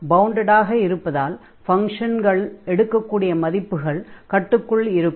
பவுண்டடாக இருப்பதால் ஃபங்ஷன்கள் எடுக்கக்கூடிய மதிப்புகள் கட்டுக்குள் இருக்கும்